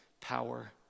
power